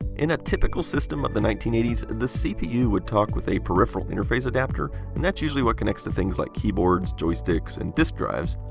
in a typical system of the nineteen eighty s, the cpu would talk with a peripheral interface adapter, and that's usually what connects to things like keyboards, joysticks, and disk drives.